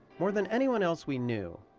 more than anyone else we knew,